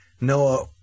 Noah